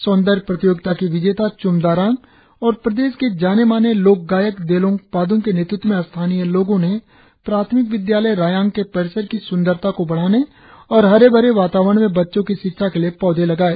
सौंदर्य प्रतियोगिता की विजेता च्म दारांग और प्रदेश के जाने माने लोकगायक देलोंग पादंग के नेतृत्व में स्थानीय लोगो ने प्राथमिक विद्यालय रायांग के परिसर की सुंदरता को बढ़ाने और हरे भरे वातावरण में बच्चों की शिक्षा के लिए पौधे लगाये